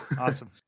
awesome